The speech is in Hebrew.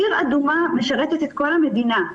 עיר אדומה משרתת את כל המדינה,